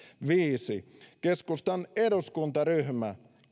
viidenneksi keskustan eduskuntaryhmä